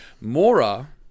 Mora